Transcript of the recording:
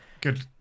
Good